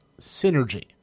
synergy